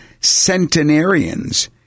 centenarians